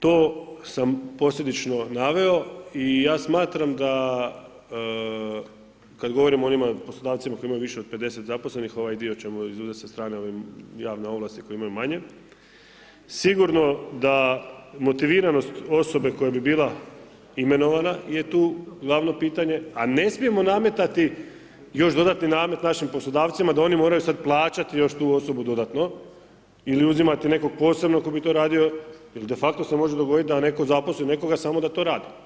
to sam posljedično naveo i ja smatram da kad govorimo o onima poslodavcima koji imaju više od 50 zaposlenih ovaj dio ćemo izuzet sa strane ovim, javne ovlasti koje imaju manje, sigurno da motiviranost osobe koja bi bila imenovana je tu glavno pitanje, a ne smijemo nametati još dodatni namet našim poslodavcima da oni moraju sad plaćati još tu osobu dodatno ili uzimati nekog posebnog ko bi to radio, jel de facto se može dogoditi da netko zaposli nekoga samo da to radi.